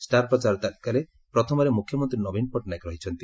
star ପ୍ରଚାର ତାଲିକାରେ ପ୍ରଥମରେ ମୁଖ୍ୟମନ୍ତୀ ନବୀନ ପଟ୍ଟନାୟକ ରହିଛନ୍ତି